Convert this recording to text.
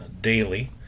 daily